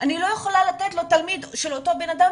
אני לא יכולה לתת לו -- -של אותו בנאדם